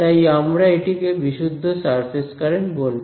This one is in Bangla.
তাই আমরা এটিকে বিশুদ্ধ সারফেস কারেন্ট বলবো